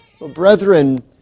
Brethren